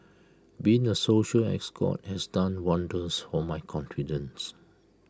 being A social escort has done wonders for my confidence